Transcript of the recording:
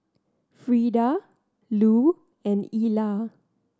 Frieda Lou and Ilah